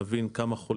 נבין כמה חולים..